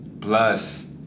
plus